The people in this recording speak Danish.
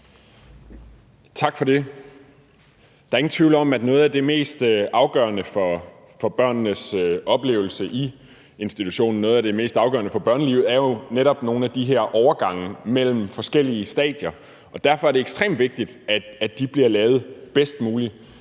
Tak for det. Der er ingen tvivl om, at noget af det mest afgørende for børnenes oplevelse i institutionen – noget af det mest afgørende for børnelivet – jo netop er nogle af de her overgange mellem forskellige stadier. Derfor er det ekstremt vigtigt, at de bliver lavet bedst muligt.